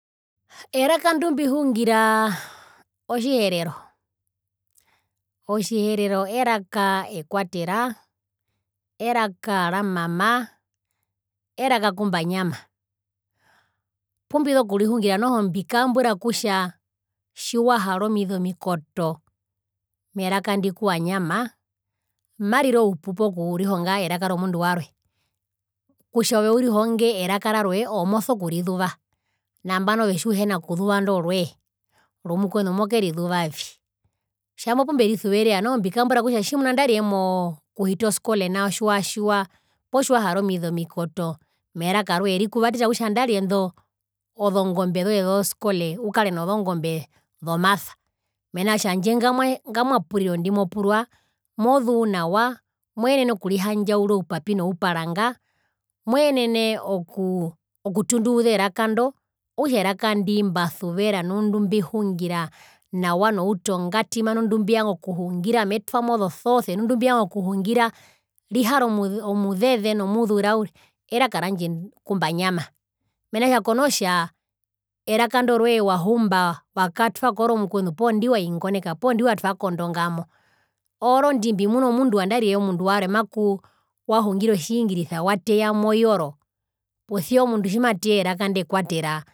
Eraka ndi mbuhungiraa otjiherero, otjiherero eraka ekwatera eraka ra mama eraka kumbanyama pumbiso kurihungira noho mbikambura kutja tjiwahara omize omikoto meraka ndi kuwanyama marire oupupu okurihonga eraka romundu warwe kutja ove urihonge eraka rarwe ove moso kurizuva nambano ove tjiuhena kuzuva indo rwee romukwenu mokerizuvavi, tjambo pumberisuverera noho mbikambura kutja andarire mokuhita oskole nao tjiwatjiwa poo tjiwahara omize omikoto meraka rwee rikuvatera kutja andarire indo zongombe zoye zoskole ukare nozongombe zomasa mena rokutja handje ngamwa ngamwa epuriro ndimopurwa mozuu nawa moenene okurihandjaura oupapi nouparanga mwenene oku okutunduuza eraka ndo okutja eraka ndimbasuvera nu ndumbihungira nawa noutongatima nu ndumbivanga okuhungira amotwamo zosoose nu ndumbivanga okuhungira rihare omuzeze nomuzura uri eraka randje kumbanyama mena konotja eraka indo rwee wahumba wakatwako oromukwenu poo ondiwaingoneka poo oniwatwa kondongamo orondi mbimuna omundu andarire omundu warwe makuu wahungire otjingirisa wateya moyoro posia omundu tjimateya eraka inde kwatera